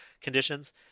conditions